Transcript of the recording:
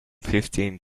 fifteen